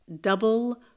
Double